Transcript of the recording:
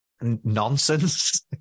nonsense